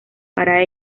para